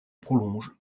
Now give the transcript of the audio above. prolonge